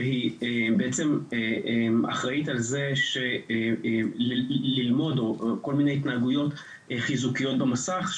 שהיא בעצם אחראית על ללמוד או כל מיני התנהגויות חיזוקיות במסך,